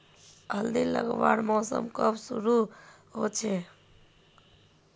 हल्दी लगवार मौसम कब से शुरू होचए?